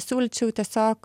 siūlyčiau tiesiog